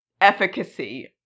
efficacy